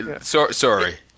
Sorry